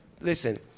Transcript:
listen